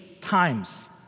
times